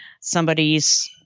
somebody's